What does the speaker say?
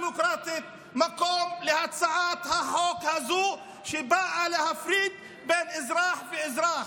מקום להצעת החוק הזו, שבאה להפריד בין אזרח לאזרח.